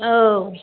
औ